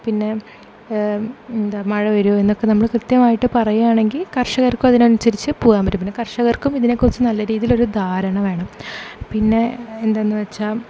പിന്നെ എന്താണ് മഴ വരുമോ എന്നൊക്കെ നമ്മൾ കൃത്യമായിട്ട് പറയുകയാ ണെങ്കിൽ കർഷകർക്കും അതിനനുസരിച്ച് പോകാൻ പറ്റും പിന്നെ കർഷകർക്കും ഇതിനെ കുറിച്ച് നല്ല രീതിയിൽ ഒരു ധാരണ വേണം പിന്നെ എന്താണെന്ന് വച്ചാൽ